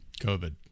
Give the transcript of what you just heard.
COVID